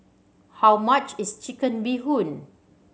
how much is Chicken Bee Hoon